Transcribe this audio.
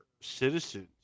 citizens